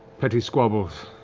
petty squabbles,